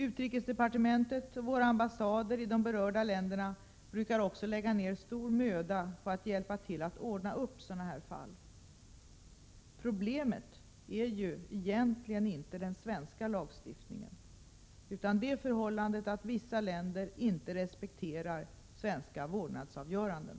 Utrikesdepartementet och våra ambassader i de berörda länderna brukar också lägga ner stor möda på att hjälpa till att ordna upp sådana här fall. Problemet är ju egentligen inte den svenska lagstiftningen utan det förhållandet att vissa länder inte respekterar svenska vårdnadsavgöranden.